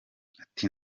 ati